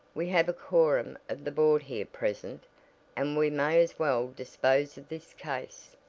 we have a quorum of the board here present and we may as well dispose of this case.